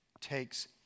takes